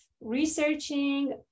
researching